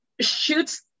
shoots